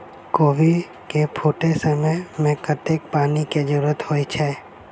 कोबी केँ फूटे समय मे कतेक पानि केँ जरूरत होइ छै?